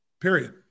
period